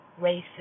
races